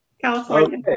California